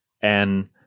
And-